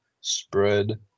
spread